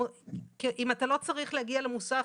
אם אתה לא צריך להגיע למוסך,